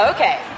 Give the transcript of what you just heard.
Okay